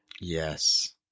yes